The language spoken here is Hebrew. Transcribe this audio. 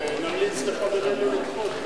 נמליץ לחברנו לדחות,